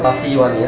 see you on